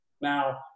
Now